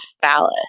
phallus